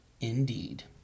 indeed